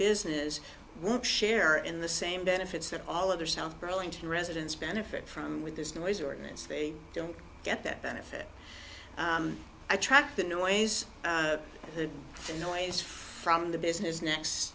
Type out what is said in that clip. business won't share in the same benefits that all other south burlington residents benefit from with this noise ordinance they don't get that benefit i tracked the new ways the noise from the business next